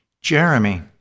Jeremy